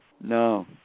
No